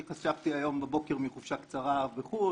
אני שבתי היום בבוקר מחופשה קצרה בחו"ל,